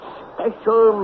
special